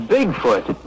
Bigfoot